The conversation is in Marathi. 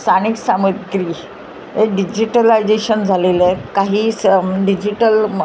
स्थानिक सामद्री हे डिजिटलायजेशन झालेले आहे काही स डिजिटल म